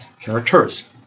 characters